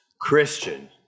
Christian